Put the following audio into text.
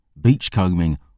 beachcombing